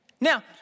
Now